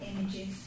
images